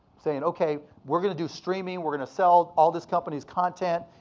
saying, okay, we're gonna do streaming. we're gonna sell all this company's content.